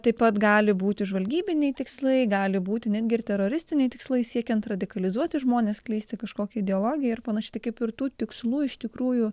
taip pat gali būti žvalgybiniai tikslai gali būti netgi ir teroristiniai tikslai siekiant radikalizuoti žmones skleisti kažkokią ideologiją ir panašiai tai kaip ir tų tikslų iš tikrųjų